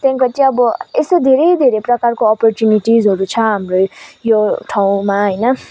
त्यहाँदेखिको चाहिँ अब यस्तो धेरै धेरै प्रकारको अपरच्युनिटिसहरू छ हाम्रो यो ठाउँमा होइन